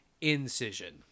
Incision